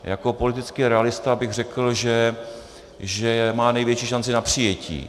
Jako politický realista bych řekl, že má největší šanci na přijetí.